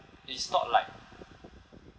it's not like